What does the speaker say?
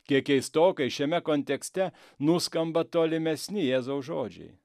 kiek keistokai šiame kontekste nuskamba tolimesni jėzaus žodžiai